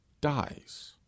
dies